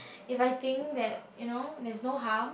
if I think that you know there is no harm